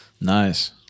Nice